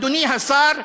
אדוני השר,